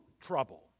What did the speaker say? trouble